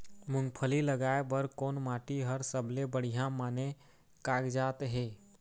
मूंगफली लगाय बर कोन माटी हर सबले बढ़िया माने कागजात हे?